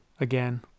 again